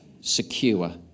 secure